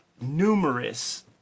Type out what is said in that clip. numerous